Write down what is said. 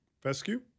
Fescue